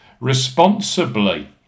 responsibly